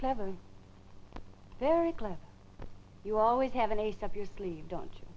level very clear you always have an ace up your sleeve don't you